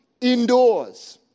indoors